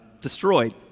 destroyed